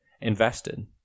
invested